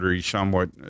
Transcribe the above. somewhat